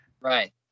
Right